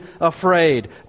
afraid